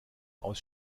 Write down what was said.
aus